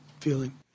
feeling